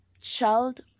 child